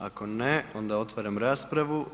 Ako ne, onda otvaram raspravu.